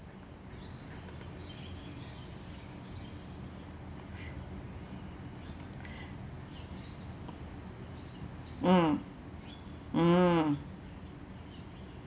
mm mm